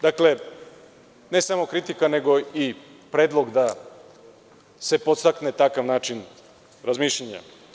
Dakle, ne samo kritika nego i predlog da se podstakne takav način razmišljanja.